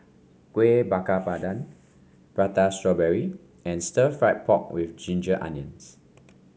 Kuih Bakar Pandan Prata Strawberry and Stir Fried Pork with Ginger Onions